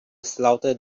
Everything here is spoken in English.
slaughter